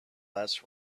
less